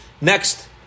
Next